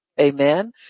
Amen